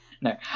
No